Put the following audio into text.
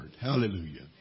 Hallelujah